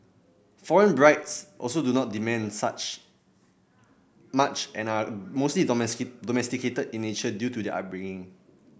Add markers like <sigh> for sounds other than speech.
foreign brides also do not demand such much and are mostly <unintelligible> domesticated in nature due to their upbringing